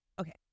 Okay